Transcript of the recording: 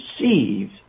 receive